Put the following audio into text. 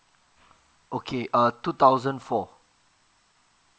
okay err two thousand four